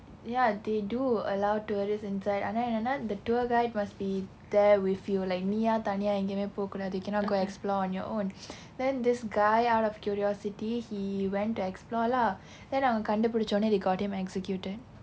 yeah they do allow tourists inside ஆனா என்னன்னா:aanaa enannnaa the tour guide must be there with you like நீயா தனியா எங்கயும் போக கூடாது:niyaa thaniyaa engaiyum poka kudaathu you cannot go explore on your own then this guy out of curiosity he went to explore lah then அவன் கண்டு பிடிச்சவொடனே:avan kandu pidichavodane they got him executed